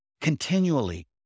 continually